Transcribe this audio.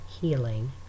healing